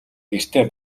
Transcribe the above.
гэртээ